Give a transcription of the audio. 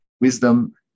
Wisdom